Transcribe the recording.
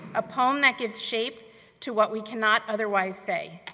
a poem that gives shape to what we cannot otherwise say,